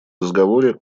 разговоре